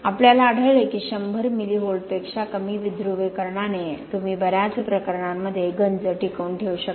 आम्हाला आढळले की 100 मिली व्होल्ट पेक्षा कमी विध्रुवीकरणाने तुम्ही बर्याच प्रकरणांमध्ये गंज टिकवून ठेवू शकता